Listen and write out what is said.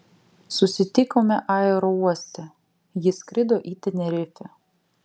susitikome aerouoste ji skrido į tenerifę